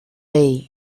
day